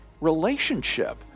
relationship